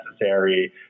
necessary